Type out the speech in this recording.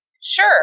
Sure